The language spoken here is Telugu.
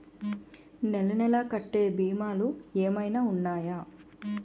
నెల నెల కట్టే భీమాలు ఏమైనా ఉన్నాయా?